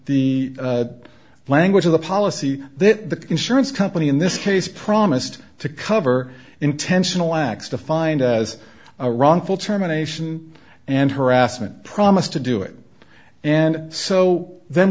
the language of the policy the insurance company in this case promised to cover intentional acts to find as a wrongful termination and harassment promised to do it and so then